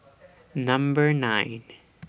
Number nine